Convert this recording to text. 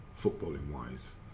footballing-wise